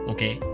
Okay